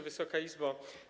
Wysoka Izbo!